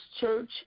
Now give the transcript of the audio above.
church